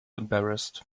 embarrassed